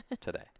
today